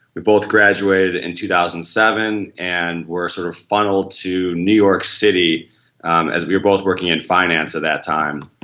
we both graduated in two thousand and seven and we're sort of funneled to new york city um as we're both working in finance at that time